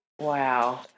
wow